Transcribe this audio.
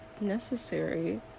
necessary